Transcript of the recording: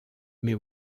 mais